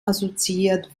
assoziiert